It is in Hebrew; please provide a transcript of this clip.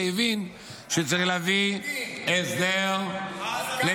שהבין שצריך להביא הסדר -- על כמה תלמידים.